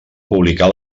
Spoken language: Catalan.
publicar